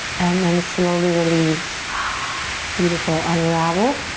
and then slowly release. ah beautiful, unravel.